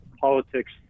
politics